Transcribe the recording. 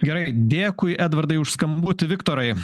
gerai dėkui edvardai už skambutį viktorai